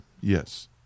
Yes